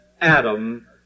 Adam